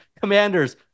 Commanders